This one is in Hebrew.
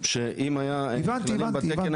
שאם הם היו נכללים בתקן,